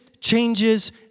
changes